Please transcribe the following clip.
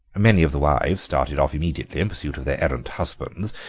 many of the wives started off immediately in pursuit of their errant husbands,